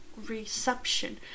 reception